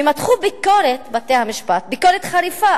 ומתחו ביקורת, בתי-המשפט, ואף ביקורת חריפה,